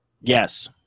yes